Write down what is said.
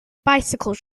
bicycle